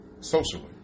socially